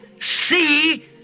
see